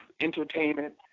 entertainment